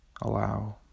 allow